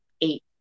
eight